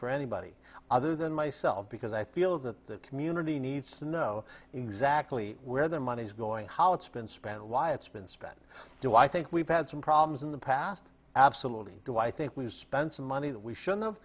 for anybody other than myself because i feel that that community needs to know exactly where the money's going how it's been spent why it's been spent do i think we've had some problems in the past absolutely do i think we've spent some money that we should have